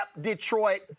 Detroit